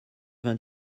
vingt